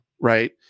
right